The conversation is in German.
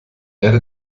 erde